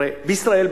הרי בישראל,